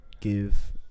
give